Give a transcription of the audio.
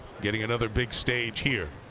getting another big stage here.